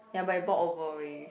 ya but it bought over already